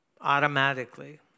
automatically